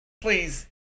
Please